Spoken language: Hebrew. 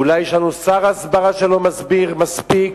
אולי יש לנו שר הסברה שלא מסביר מספיק,